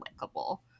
likable